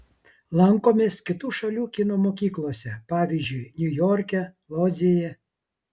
lankomės kitų šalių kino mokyklose pavyzdžiui niujorke lodzėje